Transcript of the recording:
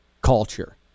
culture